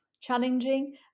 challenging